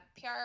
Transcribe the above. PR